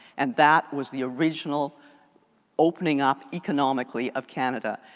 and that was the original opening up economically of canada.